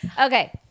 Okay